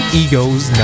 egos